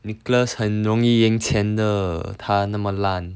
nicholas 很容易赢钱的他那么烂